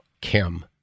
Kim